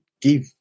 give